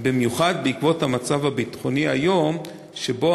במיוחד בעקבות המצב הביטחוני היום, שבו